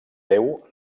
déu